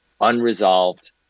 unresolved